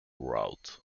route